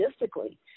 logistically